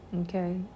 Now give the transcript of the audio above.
Okay